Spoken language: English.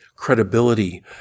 credibility